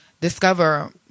discover